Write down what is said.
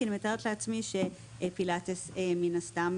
כי אני מתארת לעצמי שפילת מן הסתם